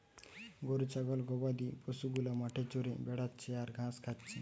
গরু ছাগল গবাদি পশু গুলা মাঠে চরে বেড়াচ্ছে আর ঘাস খাচ্ছে